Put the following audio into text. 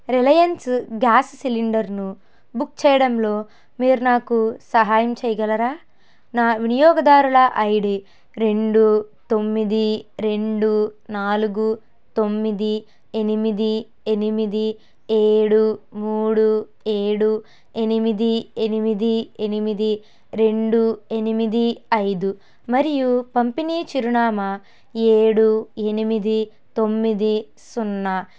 Reliance gas సిలిండర్ను book చెయ్యడంలో మీరు నాకు సహాయం చెయ్యగలరా నా వినియోగదారుల ఐడి రెండు తొమ్మిది రెండు నాలుగు తొమ్మిది ఎనిమిది ఎనిమిది ఏడు మూడు ఏడు ఎనిమిది ఎనిమిది ఎనిమిది రెండు ఎనిమిది ఐదు మరియు పంపిణీ చిరునామా ఏడు ఎనిమిది తొమ్మిది సున్నా